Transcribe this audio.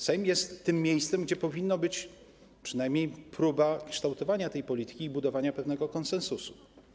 Sejm jest tym miejscem, gdzie powinna być podejmowana przynajmniej próba kształtowania tej polityki i budowania pewnego konsensusu.